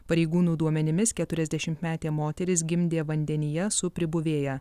pareigūnų duomenimis keturiasdešimtmetė moteris gimdė vandenyje su pribuvėja